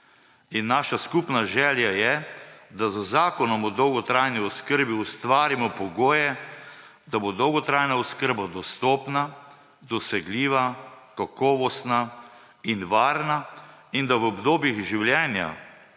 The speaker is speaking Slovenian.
In naša skupna želja je, da z Zakonom o dolgotrajni oskrbi ustvarimo pogoje, da bo dolgotrajna oskrba dostopna, dosegljiva, kakovostna in varna in da v obdobjih življenja,